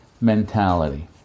mentality